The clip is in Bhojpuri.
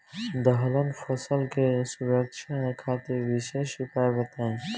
दलहन फसल के सुरक्षा खातिर विशेष उपाय बताई?